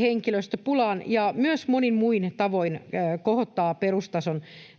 henkilöstöpulaan ja myös monin muin tavoin kohottaa perustason